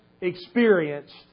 experienced